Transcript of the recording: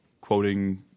quoting